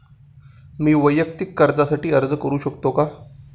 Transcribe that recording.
मी वैयक्तिक कर्जासाठी अर्ज करू शकतो का?